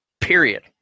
period